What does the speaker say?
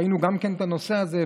ראינו גם את הנושא הזה,